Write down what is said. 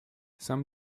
some